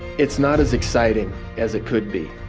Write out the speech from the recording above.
it's not as exciting as it could be